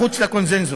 מחוץ לקונסנזוס.